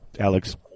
Alex